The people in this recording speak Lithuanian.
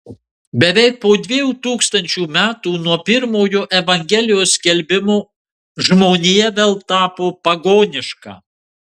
beveik po dviejų tūkstančių metų nuo pirmojo evangelijos skelbimo žmonija vėl tapo pagoniška